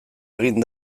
egin